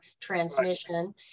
transmission